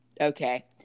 Okay